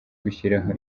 gushyiraho